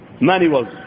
manuals